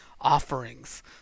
offerings